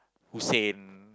Hussain